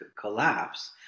collapse